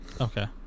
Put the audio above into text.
Okay